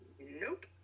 Nope